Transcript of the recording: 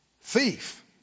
Thief